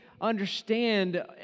understand